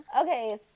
Okay